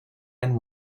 and